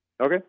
Okay